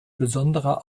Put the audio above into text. besonderer